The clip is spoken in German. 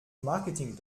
marketing